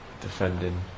defending